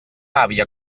àvia